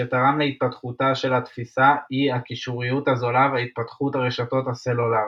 שתרם להתפתחותה של התפישה היא הקישוריות הזולה והתפתחות רשתות הסלולר,